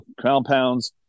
compounds